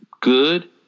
good